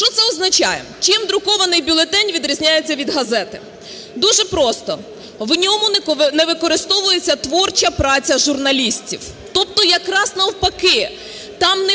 Що це означає? Чи друкований бюлетень відрізняється від газети? Дуже просто. В ньому не використовується творча праця журналістів, тобто якраз навпаки: